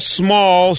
small